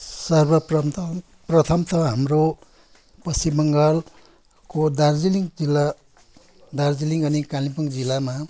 सर्वप्रथम प्रथम त हाम्रो पश्चिम बङ्गालको दार्जिलिङ जिल्ला दार्जिलिङ अनि कालिम्पोङ जिल्लामा